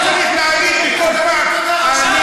מה, צריך להגיד בכל פעם?